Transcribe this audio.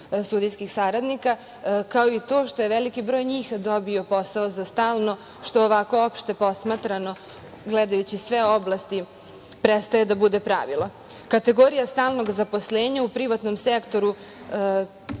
sudijskih saradnika, kao i to što je veliki broj njih dobio posao za stalno, što ovako opšte posmatrano, gledajući sve oblasti, prestaje da bude pravilo. Kategorija stalnog zaposlenja u privatnom sektoru